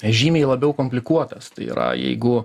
žymiai labiau komplikuotas tai yra jeigu